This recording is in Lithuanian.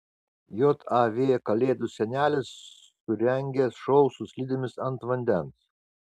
jav kalėdų senelis surengė šou su slidėmis ant vandens